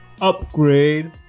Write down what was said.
upgrade